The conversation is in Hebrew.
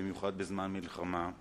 בייחוד בזמן מלחמה.